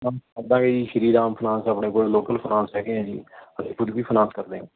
ਸ਼੍ਰੀ Ram finance ਆਪਣੇ ਕੋਲ local finance ਹੈਗੇ ਹੈ ਜੀ ਅਸੀਂ ਖੁਦ ਵੀ ਫਾਈਨਾਸ ਕਰਦੇ ਹੈ